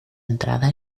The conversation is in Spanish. entrada